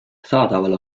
saadaval